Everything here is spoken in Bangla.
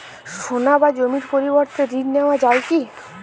সোনা বা জমির পরিবর্তে ঋণ নেওয়া যায় কী?